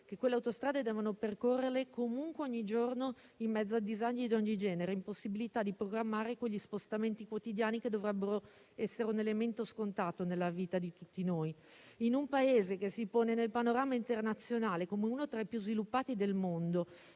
che quelle autostrade devono percorrere comunque ogni giorno in mezzo a disagi di ogni genere e impossibilità di programmare gli spostamenti quotidiani che dovrebbero essere un elemento scontato nella vita di tutti noi. In un Paese che si pone nel panorama internazionale come uno tra i più sviluppati del mondo,